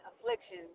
affliction